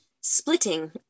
splitting